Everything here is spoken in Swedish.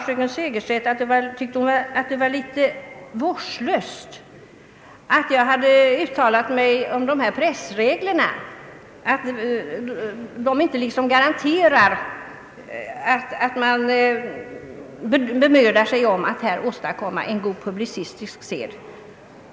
Fru Segerstedt Wiberg tyckte att det var vårdslöst att jag hade sagt, att dessa pressregler liksom inte garanterar att man bemödar sig om att här åstadkomma en god publicistisk sed.